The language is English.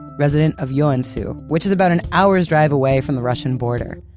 resident of joensuu, which is about an hour's drive away from the russian border.